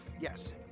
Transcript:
yes